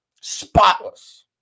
Spotless